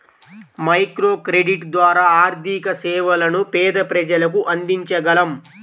microcredit ద్వారా ఆర్థిక సేవలను పేద ప్రజలకు అందించగలం